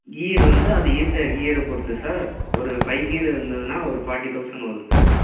கீர் வந்து அது இருக்கிற கீரை பொறுத்து சார் ஒரு ஃபைவ் கீர் இருந்துதுன்னா ஒரு ஃபார்ட்டி தௌசண்ட் வரும் சார்